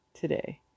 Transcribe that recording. today